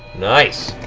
nice.